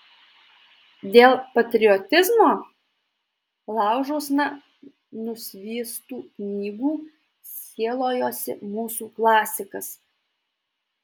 dėl patriotizmo laužuosna nusviestų knygų sielojosi mūsų klasikas